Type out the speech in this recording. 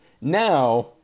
Now